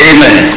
Amen